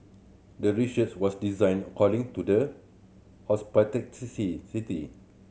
the research was designed according to the